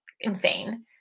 insane